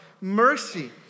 mercy